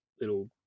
little